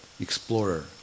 explorer